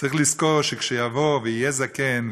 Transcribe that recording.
צריך לזכור שכשהוא יהיה זקן,